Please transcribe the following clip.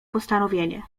postanowienie